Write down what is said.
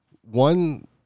one